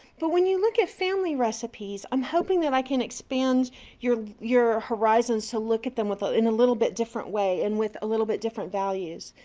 but when you look at family recipes, i'm hoping that i can expand your your horizons to look at them ah in a little bit different way and with a little bit different values.